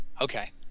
Okay